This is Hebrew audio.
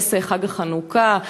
בנס חג החנוכה,